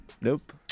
Nope